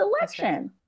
election